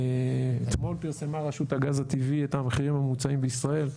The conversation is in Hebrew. אתמול פרסמה רשות הגז הטבעי את המחירים הממוצעים בישראל.